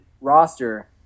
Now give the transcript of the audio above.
roster